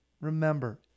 remember